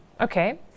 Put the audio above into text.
Okay